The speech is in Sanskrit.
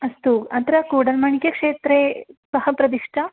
अस्तु अत्र कूडन्मणिक क्षेत्रे कः प्रतिष्ठा